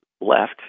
left